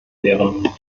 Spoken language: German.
wären